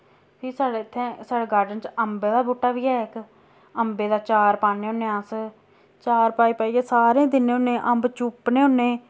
फ्ही साढ़े इत्थैं साढ़े गार्डन च अम्बे दा बूह्टा बी ऐ इक अम्बे दा चार पाने होने अस चार पाई पाइयै सारें दिन्ने होने अम्ब चूपने होन्ने